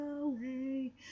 away